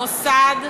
מוסד,